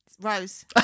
Rose